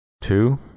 Two